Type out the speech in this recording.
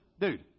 dude